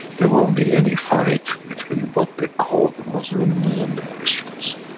there won't be any fight, between what they call, the muslims and the christians.